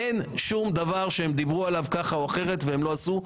אין שום דבר שהם דיברו עליו כך אחרת והם לא עשו.